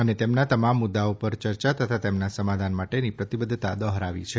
અને તેમના તમામ મુદ્દાઓ પર ચર્ચા તથા તેના સમાધાન માટેની પ્રતિબધ્ધતા દોહરાવી છે